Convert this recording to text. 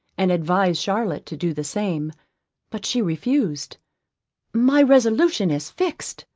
and advised charlotte to do the same but she refused my resolution is fixed,